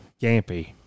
gampy